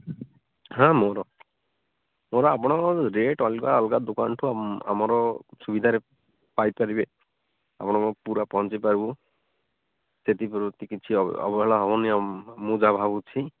ହଁ ମୋର ମୋର ଆପଣଙ୍କର ରେଟ୍ ଅଲଗା ଅଲଗା ଦୁକାମ ଠୁ ଆମର ସୁବିଧାରେ ପାଇପାରିବେ ଆପଣଙ୍କ ପୂରା ପହଞ୍ଚିପାରିବୁ ସେଇଠି କିଛି ଅବହେଳା ହେବନି ମୁଁ ଯାହା ଭାବୁଛି